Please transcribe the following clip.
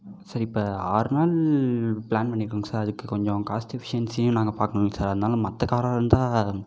sir இப்போ ஆறு நாள் பிளான் பண்ணியிருக்கோங்க சார் அதுக்கு கொஞ்சம் காஸ்ட் எஃபிஷியன்சியும் நாங்கள் பார்க்கணும்ல சார் அதனால் மற்ற கார்ராக இருந்தால்